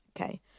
Okay